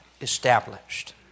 established